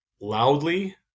loudly